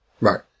Right